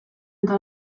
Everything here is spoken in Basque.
eta